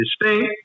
distinct